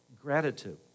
gratitude